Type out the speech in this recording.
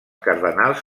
cardenals